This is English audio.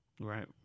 Right